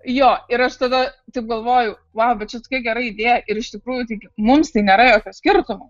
jo ir aš tada taip galvoju vau bet čia tokia gera idėja ir iš tikrųjų taigi mums tai nėra jokio skirtumo